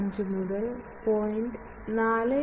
45 മുതൽ 0